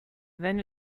then